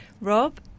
rob